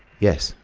yes,